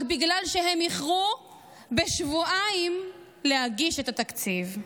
רק בגלל שהם איחרו בשבועיים להגיש את התקציב.